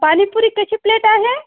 पाणीपुरी कशी प्लेट आहे